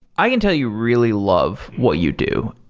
i can tell, you really love what you do,